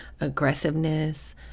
aggressiveness